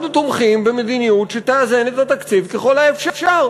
אנחנו תומכים במדיניות שתאזן את התקציב ככל האפשר.